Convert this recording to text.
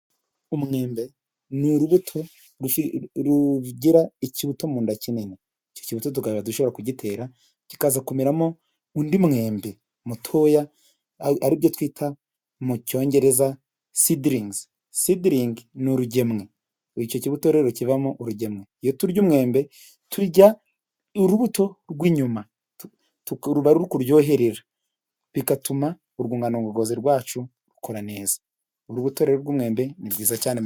Umwembe ni urubuto rugira ikibuto mu nda kinini, icyo kibuto tukaba dushobora kugitera kikaza kumeramo undi mwembe mutoya ari byo twita mu cyongereza sidilingizi. Sidilingi ni urugemwe, icyo kibuto rero kibamo urugemwe, iyo turya umwembe turya urubuto rw'inyuma ruba ruri kuryoherera, bigatuma urwungano ngogozi rwacu rukora neza, urubuto rero rw'umwembe ni rwiza cyane.